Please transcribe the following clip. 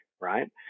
right